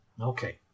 Okay